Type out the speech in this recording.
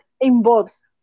involves